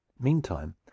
Meantime